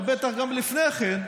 אבל בטח גם לפני כן,